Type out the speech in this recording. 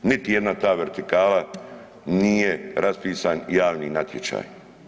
Niti jedna ta vertikala nije raspisan javni natječaj.